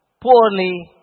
poorly